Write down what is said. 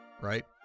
Right